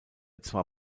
zwar